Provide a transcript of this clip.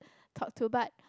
talk to but